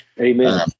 Amen